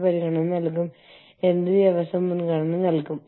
ഉദാഹരണത്തിന് നിങ്ങൾ ഒരു ഓട്ടോമോട്ടീവ് നിർമ്മാതാവാണ്